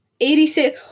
86